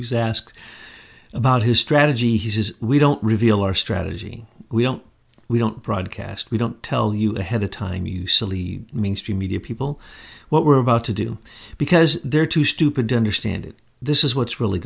was asked about his strategy he says we don't reveal our strategy we don't we don't broadcast we don't tell you ahead of time you silly mainstream media people what we're about to do because they're too stupid to understand it this is what's really